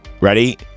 Ready